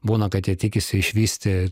būna kad jie tikisi išvysti